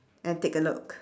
and take a look